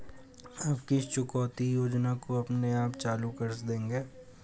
आप किस चुकौती योजना को अपने आप चालू कर देंगे?